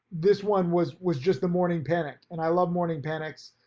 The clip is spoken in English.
this one was was just the morning panic, and i love morning panics.